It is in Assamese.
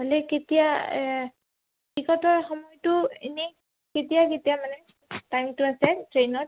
হ'লে কেতিয়া টিকটৰ সময়টো এনেই কেতিয়া কেতিয়া মানে টাইমটো আছে ট্ৰেইনত